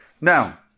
Now